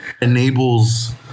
enables